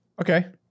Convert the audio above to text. okay